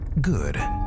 Good